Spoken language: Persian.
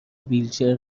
ویلچر